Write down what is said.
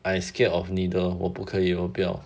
I scared of needle 我不可以我不要